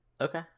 Okay